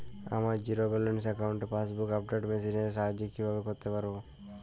আমার zero balance অ্যাকাউন্টে passbook update machine এর সাহায্যে কীভাবে করতে পারব?